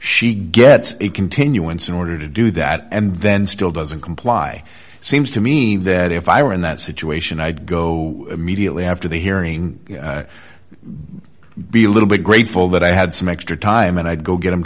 she gets a continuance in order to do that and then still doesn't comply it seems to me that if i were in that situation i'd go immediately after the hearing be a little bit grateful that i had some extra time and i go get them